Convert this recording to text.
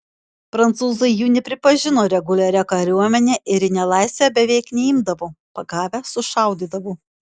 prancūzai jų nepripažino reguliaria kariuomene ir į nelaisvę beveik neimdavo pagavę sušaudydavo